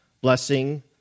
blessing